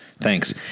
Thanks